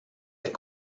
est